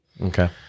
Okay